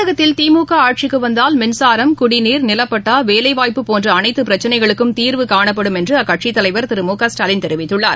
தமிழகத்தில் திமுகஆட்சிக்குவந்தால் மின்சாரம் குடிநீர் நிலபட்டா வேலைவாய்ப்பு போன்றஅனைத்துபிரச்சினைகளுக்கும் தீர்வுனணப்படும் என்றும் அக்கட்சித்தலைவர் திரு மு க ஸ்டாலின் தெரிவித்தார்